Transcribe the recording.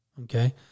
Okay